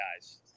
guys